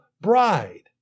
bride